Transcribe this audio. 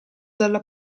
dalla